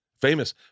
famous